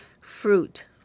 fruit